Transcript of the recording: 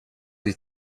ich